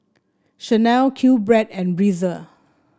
Chanel Q Bread and Breezer